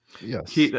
Yes